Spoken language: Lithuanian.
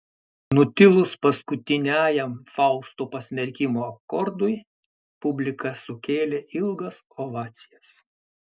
nutilus paskutiniajam fausto pasmerkimo akordui publika sukėlė ilgas ovacijas